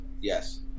yes